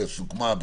וסוכמה,